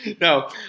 No